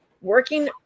working